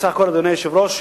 בסך הכול, אדוני היושב-ראש,